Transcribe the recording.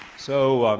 so